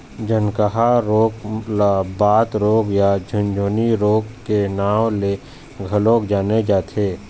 झनकहा रोग ल बात रोग या झुनझनी रोग के नांव ले घलोक जाने जाथे